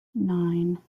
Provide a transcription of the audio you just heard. nine